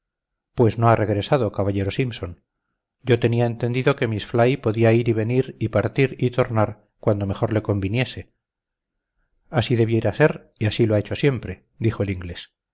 pues no ha regresado caballero simpson yo tenía entendido que miss fly podía ir y venir y partir y tornar cuando mejor le conviniese así debiera ser y así lo ha hecho siempre dijo el inglés